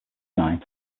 nine